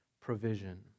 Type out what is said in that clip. provision